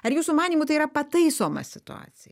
ar jūsų manymu tai yra pataisoma situacija